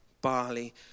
barley